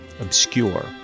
obscure